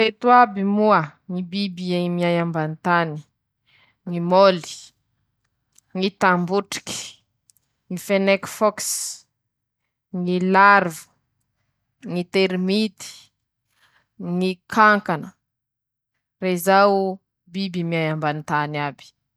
<...>Ndreto aby ñy biby mahihitse: -Ñy gorily, -Ñy oranga, -Ñy elefan, -Ñy boloky. Reo ñy biby farany mahihitsy ro manan-tsay mieritseritsy aminy ñy biby iaby zay.<...>